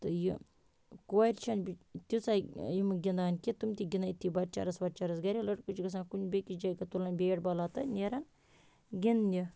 تہٕ یہِ کورِ چھَ نہٕ تیٖژاہ یِم گِنٛدان کینٛہہ تِم تہِ گِنٛدن أتی بۄٹ چارَس وۄٹ چارَس گَرِ لٔڑکہٕ چھُ گَژھان کُنہِ بیٚیہِ کِس جایہِ تُلان بیٹ بالا تہٕ نیران گِنٛدنہِ